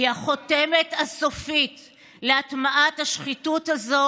היא החותמת הסופית להטמעת השחיתות הזאת